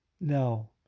No